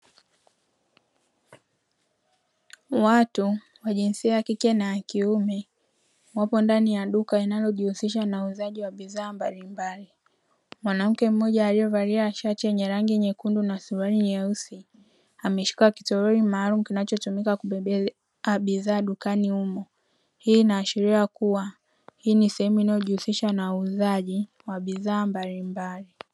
Watu wa jinsia ya kike na ya kiume wapo ndani ya duka linalojihusisha na uuzaji wa bidhaa mbalimbali. Mwanamke mmoja aliyevalia shati yenye rangi nyekundu na suruali nyeusi ameshika kitoroli maalumu kinachotumika kubebea bidhaa dukani humo. Hii inaashiria kuwa hii ni sehemu inayojihusisha na uuzaji wa bidhaa mbalimbali.